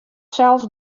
sels